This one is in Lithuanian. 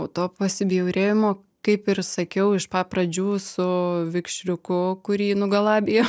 po to pasibjaurėjimo kaip ir sakiau iš pa pradžių su vikšriuku kurį nugalabijo